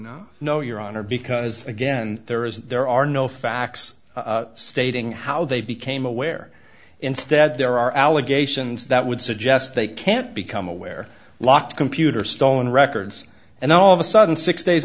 no no your honor because again there is there are no facts stating how they became aware instead there are allegations that would suggest they can't become aware locked computer stolen records and all of a sudden six days